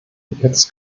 jetzt